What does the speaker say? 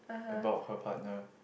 about her partner